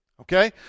Okay